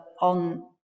on